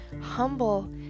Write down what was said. humble